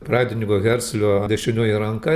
pradininko herclio dešinioji ranka